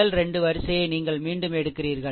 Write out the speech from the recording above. முதல் 2 வரிசையை நீங்கள் மீண்டும் எடுக்கிறீர்கள்